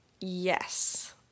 yes